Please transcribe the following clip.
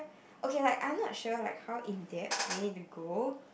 okay like I'm not sure like how in depth we need to go